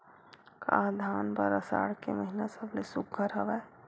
का धान बर आषाढ़ के महिना सबले सुघ्घर हवय?